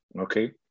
Okay